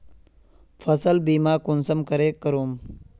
फसल बीमा कुंसम करे करूम?